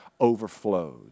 overflowed